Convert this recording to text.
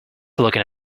looking